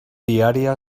diaria